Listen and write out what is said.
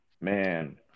Man